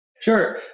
Sure